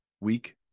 Weak